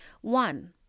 One